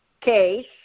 case